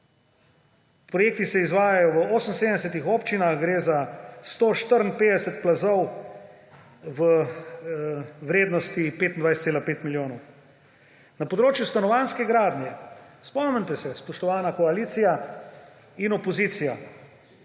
Projekti se izvajajo v 78 občinah, gre za 154 plazov, v vrednosti 25,5 milijona. Na področju stanovanjske gradnje, spomnite se, spoštovana koalicija in opozicija,